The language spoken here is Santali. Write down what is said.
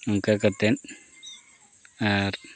ᱱᱚᱝᱠᱟ ᱠᱟᱛᱮᱫ ᱟᱨ